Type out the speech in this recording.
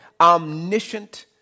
omniscient